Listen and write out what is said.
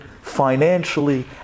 financially